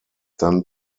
then